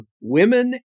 women